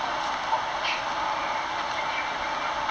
from from which are which err platoon [one]